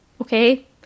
okay